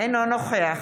אינו נוכח